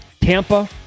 Tampa